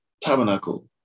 tabernacle